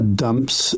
dumps